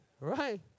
Right